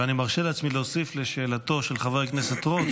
ואני מרשה לעצמי להוסיף לשאלתו של חבר הכנסת רוט,